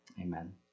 Amen